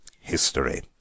history